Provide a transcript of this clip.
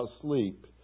sleep